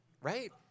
Right